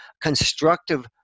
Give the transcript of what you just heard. constructive